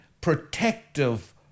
protective